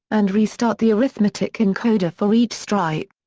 and restart the arithmetic encoder for each stripe.